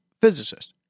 physicist